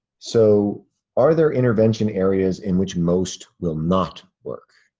so are there intervention areas in which most will not work?